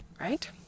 Right